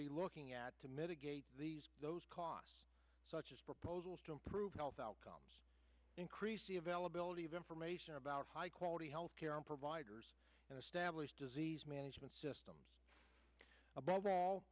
be looking at to mitigate those costs such as proposals to improve health outcomes increase the availability of information about high quality health care providers and establish disease management systems above all